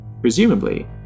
Presumably